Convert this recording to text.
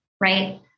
right